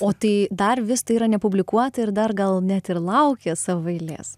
o tai dar vis tai yra nepublikuota ir dar gal net ir laukia savo eilės